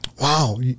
wow